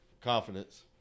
confidence